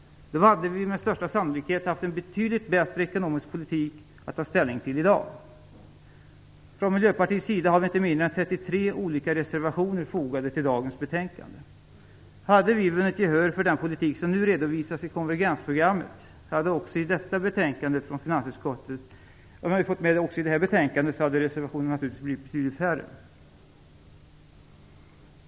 Då hade vi med största sannolikhet haft en betydligt bättre ekonomisk politik att ta ställning till i dag. Från Miljöpartiets sida har vi inte mindre än 33 olika reservationer fogade till betänkandet. Hade vi vunnit gehör för den politik som nu redovisas i konvergensprogrammet också i detta betänkande från finansutskottet, hade reservationerna naturligtvis blivit betydligt färre.